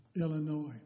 Illinois